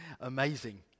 Amazing